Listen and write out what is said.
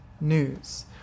news